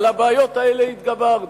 על הבעיות האלה התגברנו.